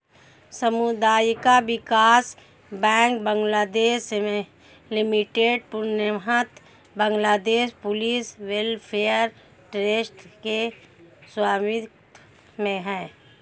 सामुदायिक विकास bank Bangladesh limited पूर्णतः बांग्लादेश पुलिस वेलफेयर ट्रस्ट के स्वामित्व में है